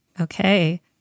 Okay